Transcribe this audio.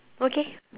okay